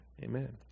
Amen